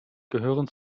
gehören